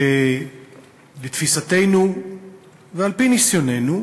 שלתפיסתנו ועל-פי ניסיוננו,